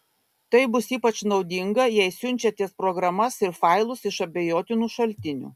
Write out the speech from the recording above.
tai bus ypač naudinga jei siunčiatės programas ir failus iš abejotinų šaltinių